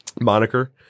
moniker